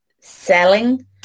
selling